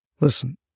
Listen